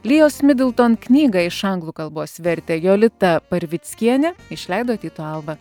lijos midlton knygą iš anglų kalbos vertė jolita parvickienė išleido tyto alba